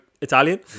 Italian